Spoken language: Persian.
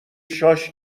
شاش